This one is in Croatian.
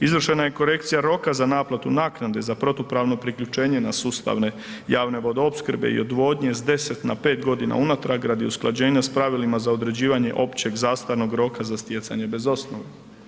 Izvršena je korekcija roka za naplatu naknade za protupravno priključene na sustavne javne vodoopskrbe i odvodnje sa 10 na 5 godina unatrag radi usklađenja sa pravilima za određivanje općeg zastarnog roka za stjecanje bez osnove.